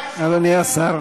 אדוני השר,